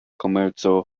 komerco